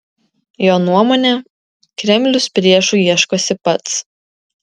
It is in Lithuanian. jo nuomone kremlius priešų ieškosi pats